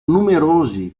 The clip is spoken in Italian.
numerosi